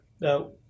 No